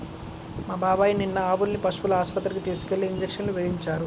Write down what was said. మా బాబాయ్ నిన్న ఆవుల్ని పశువుల ఆస్పత్రికి తీసుకెళ్ళి ఇంజక్షన్లు వేయించారు